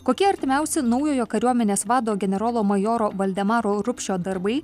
kokie artimiausi naujojo kariuomenės vado generolo majoro valdemaro rupšio darbai